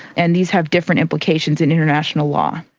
and these have different implications in international law.